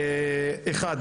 אחת,